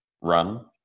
run